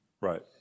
Right